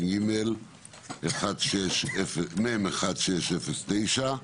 התשפ"ג מ/1609.